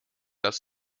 las